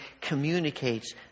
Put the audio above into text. communicates